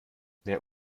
wer